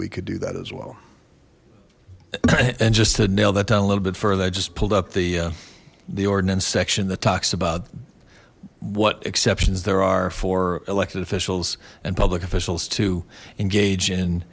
we could do that as well and just to nail that down a little bit further i just pulled up the the ordinance section that talks about what exceptions there are for elected officials and public officials to engage in